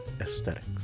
Aesthetics